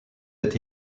est